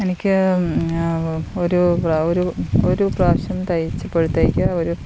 എനിക്ക് ഒരു ബ്ലൗ ഒരു ഒരു പ്രാവശ്യം തയ്ച്ചപ്പോഴത്തേയ്ക്ക് ഒരു